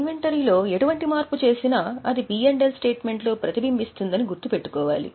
inventory లో ఎటువంటి మార్పు చేసినా అది పి ఎల్ స్టేట్మెంట్లో ప్రతిబింబిస్తుందని గుర్తు పెట్టుకోవాలి